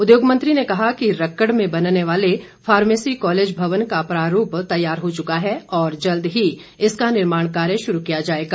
उद्योगमंत्री ने कहा कि रक्कड़ में बनने वाले फार्मेसी कॉलेज भवन का प्रारूप तैयार हो चुका है और जल्द ही इसका निर्माण कार्य शुरू किया जाएगा